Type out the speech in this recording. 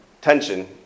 tension